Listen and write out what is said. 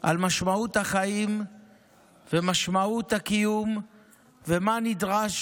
על משמעות החיים ומשמעות הקיום ומה נדרש